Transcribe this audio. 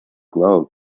glow